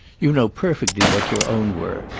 you know perfectly what your own were,